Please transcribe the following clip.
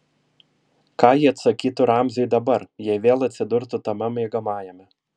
ką ji atsakytų ramziui dabar jei vėl atsidurtų tame miegamajame